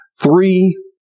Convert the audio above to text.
three